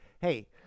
hey